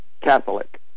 Catholic